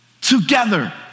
together